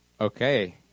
Okay